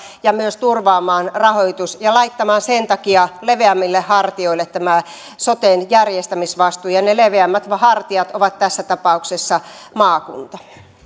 ja myös turvaamaan rahoituksen ja laittamaan sen takia leveämmille hartioille tämän soten järjestämisvastuun ja ne leveämmät hartiat ovat tässä tapauksessa maakunta